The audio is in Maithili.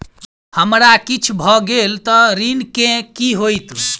हमरा किछ भऽ गेल तऽ ऋण केँ की होइत?